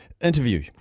interview